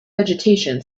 vegetation